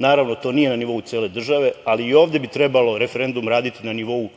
Naravno, to nije na nivou cele države, ali i ovde bi trebalo referendum raditi na nivou